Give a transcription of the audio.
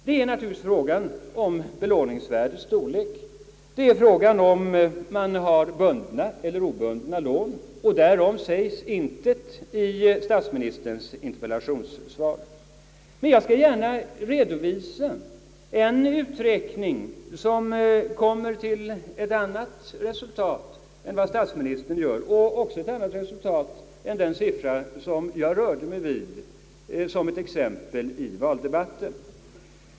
Det är naturligtvis en fråga om belåningsvärdets storlek och en fråga om huruvida man har bundna eller obundna lån. Därom säges emellertid intet i statsministerns interpellationssvar. Jag skall gärna redovisa en uträkning, som kommer till ett annat resultat än vad statsministern gör och även till ett annat resultat än den siffra som jag rörde mig med såsom ett exempel i valdebatten.